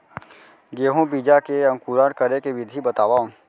गेहूँ बीजा के अंकुरण करे के विधि बतावव?